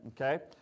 Okay